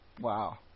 Wow